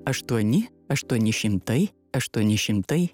aštuoni aštuoni šimtai aštuoni šimtai